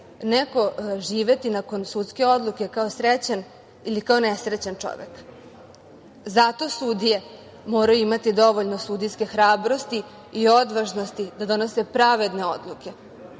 neko živeti nakon sudske odluke kao srećan ili kao nesrećan čovek. Zato sudije moraju imati dovoljno sudijske hrabrosti i odvažnosti da donose pravedne odluke